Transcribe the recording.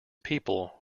people